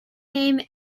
name